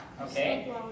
okay